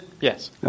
Yes